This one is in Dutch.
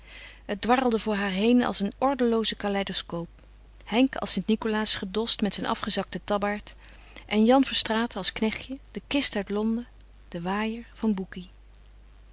het dwarrelde voor haar heen als een ordelooze kaleidoscoop henk als st nicolaas gedost met zijn afgezakten tabbaard en jan verstraeten als knechtje de kist uit londen de waaier van